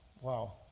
Wow